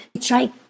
try